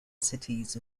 cities